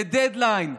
דדליין,